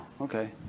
okay